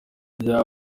vya